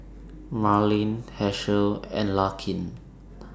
Marlen Hershel and Larkin